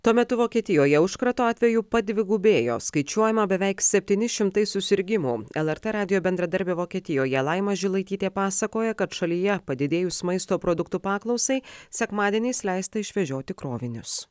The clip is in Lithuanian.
tuo metu vokietijoje užkrato atvejų padvigubėjo skaičiuojama beveik septyni šimtai susirgimų lrt radijo bendradarbė vokietijoje laima žilaitytė pasakoja kad šalyje padidėjus maisto produktų paklausai sekmadieniais leista išvežioti krovinius